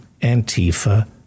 Antifa